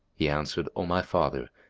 he answered, o my father,